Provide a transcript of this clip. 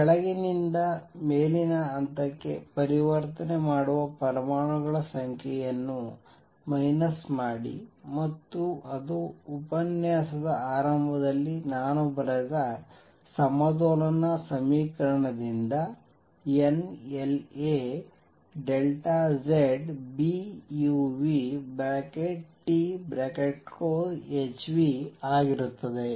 ಕೆಳಗಿನಿಂದ ಮೇಲಿನ ಹಂತಕ್ಕೆ ಪರಿವರ್ತನೆ ಮಾಡುವ ಪರಮಾಣುಗಳ ಸಂಖ್ಯೆಯನ್ನು ಮೈನಸ್ ಮಾಡಿ ಮತ್ತು ಅದು ಈ ಉಪನ್ಯಾಸದ ಆರಂಭದಲ್ಲಿ ನಾನು ಬರೆದ ಸಮತೋಲನ ಸಮೀಕರಣದಿಂದ n1aZBuThν ಆಗಿರುತ್ತದೆ